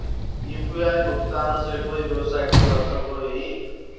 UPI भुगतान से कोई व्यवसाय करवा सकोहो ही?